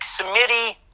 Smitty